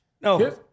No